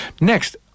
Next